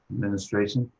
administration?